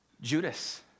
Judas